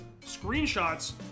screenshots